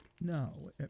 No